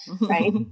right